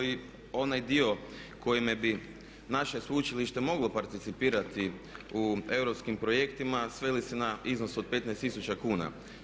I onaj dio kojime bi naše sveučilište moglo participirati u europskim projektima sveli se na iznos od 15 tisuća kuna.